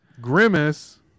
grimace